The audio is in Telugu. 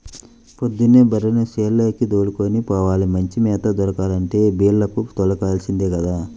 పొద్దున్నే బర్రెల్ని చేలకి దోలుకొని పోవాల, మంచి మేత దొరకాలంటే బీల్లకు తోలుకెల్లాల్సిందే గదా